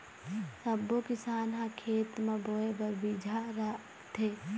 सब्बो किसान ह खेत म बोए बर बिजहा राखथे